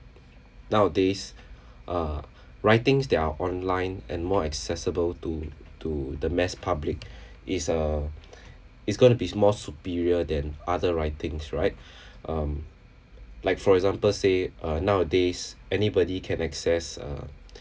nowadays uh writings that are online and more accessible to to the mass public is uh is gonna be more superior than other writings right um like for example say uh nowadays anybody can access uh